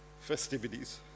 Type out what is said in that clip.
festivities